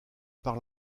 par